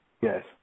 Yes